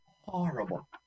Horrible